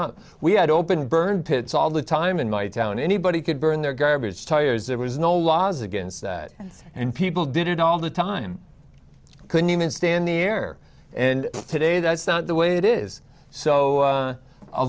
up we had open burn pits all the time in my town anybody could burn their garbage tires there was no laws against that and people did it all the time couldn't even stand the air and today that's not the way it is so